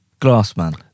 Glassman